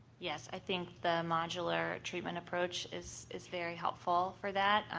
yes, i think the modular treatment approach is is very helpful for that,